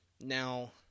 Now